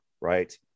right